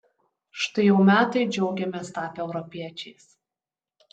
štai jau metai džiaugiamės tapę europiečiais